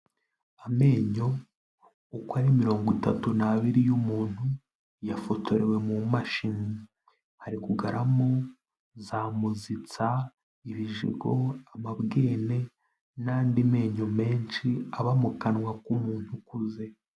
Amenyo uko ari mirongo itatu n'abiri y'umuntu yafotorewe mu mashini. Hari kugaragaramo za muzitsa, ibijigo, amabwene n'andi menyo menshi aba mu kanwa k'umuntu ukuze.